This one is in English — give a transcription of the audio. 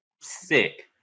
sick